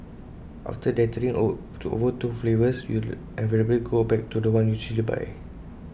after dithering over the two flavours you invariably go back to The One you usually buy